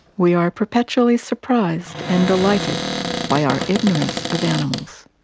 we are perpetually surprised and delighted by our ignorance of animals.